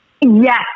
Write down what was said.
Yes